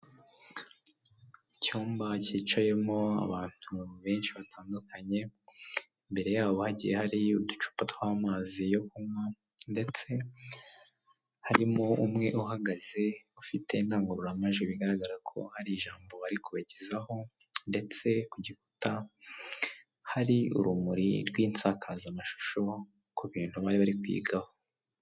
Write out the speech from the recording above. Icyumba cyicayemo abantu benshi batandukanye, imbere yabo hagiye hari uducupa tw'amazi yo kunywa ndetse harimo umwe uhagaze ufite indangururamajwi, bigaragara ko hari ijambo wari kubagezaho ndetse ku gikuta hari urumuri rw'insakazamashusho ku bintu bari bari kwigaho.